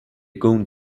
going